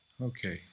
Okay